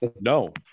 no